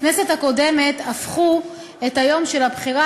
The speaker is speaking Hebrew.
בכנסת הקודמת הפכו את יום הבחירות